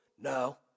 No